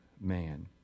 man